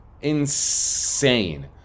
Insane